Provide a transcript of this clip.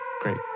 Great